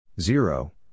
Zero